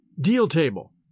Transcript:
deal-table